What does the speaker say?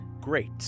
Great